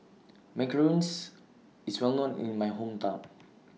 Macarons IS Well known in My Hometown